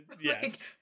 Yes